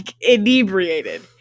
inebriated